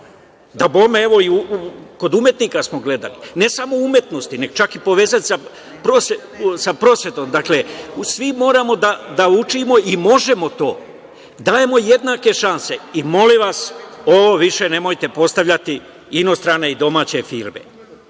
Dabome, evo i kod umetnika smo gledali. Ne samo u umetnosti, čak povezati sa prosvetom. Dakle, svi moramo da učimo i možemo to. Dajmo jednake šanse i molim vas, ovo više nemojte postavljati, inostrane i domaće firme. Radi